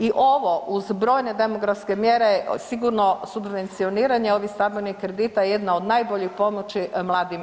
I ovo uz brojne demografske mjere sigurno subvencioniranje ovih stambenih kredita jedna je od najboljih pomoći mladim ljudima.